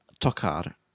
tocar